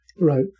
Right